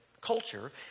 culture